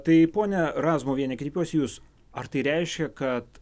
tai ponia razmuviene kreipiuosi į jus ar tai reiškia kad